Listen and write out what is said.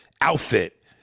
outfit